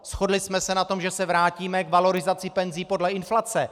Shodli jsme se na tom, že se vrátíme k valorizaci penzí podle inflace.